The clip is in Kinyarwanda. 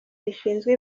rishinzwe